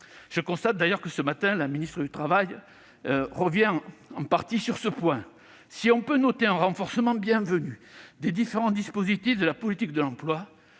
Je constate d'ailleurs que la ministre du travail est revenue en partie sur ce point ce matin. Si l'on peut noter un renforcement bienvenu des différents dispositifs de la politique de l'emploi,